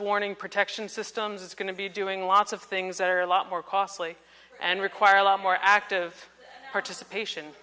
warning protection systems it's going to be doing lots of things that are a lot more costly and require a lot more active participation